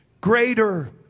greater